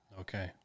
okay